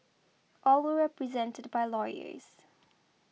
all were represented by lawyers